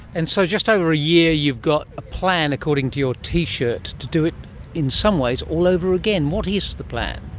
and so just over a year you've got a plan, according to your t-shirt, to do it in some ways all over again. what is the plan?